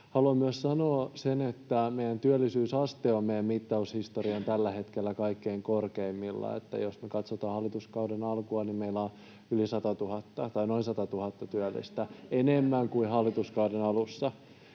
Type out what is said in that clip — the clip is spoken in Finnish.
Haluan myös sanoa, että meidän työllisyysaste tällä hetkellä on meidän mittaushistorian kaikkein korkeimmillaan, ja jos katsotaan hallituskauden alkua, meillä on noin 100 000 työllistä enemmän kuin hallituskauden alussa.